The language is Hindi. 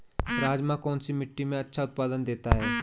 राजमा कौन सी मिट्टी में अच्छा उत्पादन देता है?